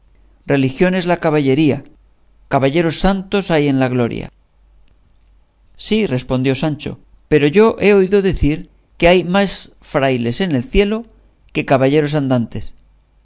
es la caballería caballeros santos hay en la gloria sí respondió sancho pero yo he oído decir que hay más frailes en el cielo que caballeros andantes